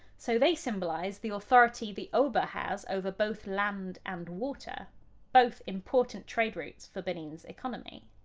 so they symbolize the authority the oba has over both land and water both important trade routes for benin's economy.